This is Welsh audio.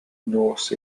nos